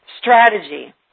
Strategy